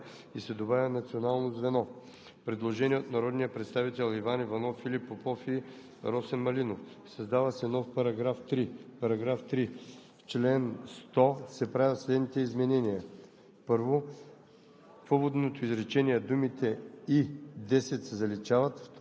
за пътуванията и разрешаването им (ETIAS)“, а след думите „Национално звено „Европол“ се поставя запетая и се добавя „Национално звено „ETIAS“.“ Предложение от народния представител Иван Иванов, Филип Попов и Росен Малинов: „Създава се нов § 3: „§ 3. В чл. 100 се правят следните изменения: